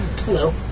Hello